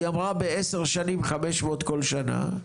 והיא אמרה ב-10 שנים 500 כל שנה,